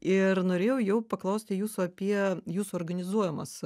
ir norėjau jau paklausti jūsų apie jūsų organizuojamas